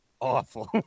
awful